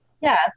Yes